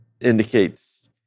indicates